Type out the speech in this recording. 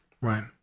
Right